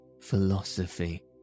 philosophy